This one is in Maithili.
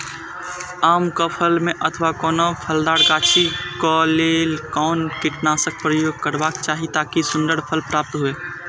आम क फल में अथवा कोनो फलदार गाछि क लेल कोन कीटनाशक प्रयोग करबाक चाही ताकि सुन्दर फल प्राप्त हुऐ?